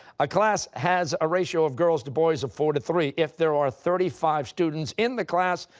a class has a ratio of girls to boys of four to three. if there are thirty five students in the class,